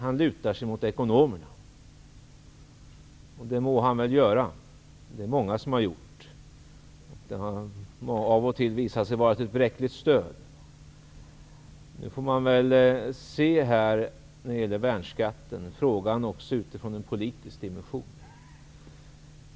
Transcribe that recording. Han lutar sig mot ekonomerna, och det må han väl göra. Det är många som har gjort det. Av och till har det dock visat sig vara ett bräckligt stöd. När det gäller värnskatten får väl frågan ses också från en politisk dimension.